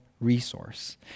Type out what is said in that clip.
Resource